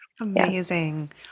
Amazing